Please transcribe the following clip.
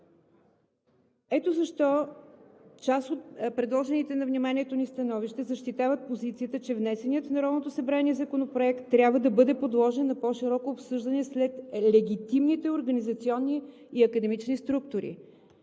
Ето защо част от предложените на вниманието ни становища защитават позицията, че внесеният в Народното събрание Законопроект трябва да бъде подложен на по-широко обсъждане след легитимните организационни и академични структури.